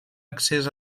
accés